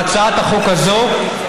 והצעת החוק הזאת,